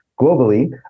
globally